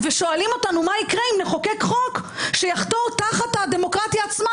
ושואלים אותנו: מה יקרה אם נחוקק חוק שיחתור תחת הדמוקרטיה עצמה,